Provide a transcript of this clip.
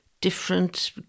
different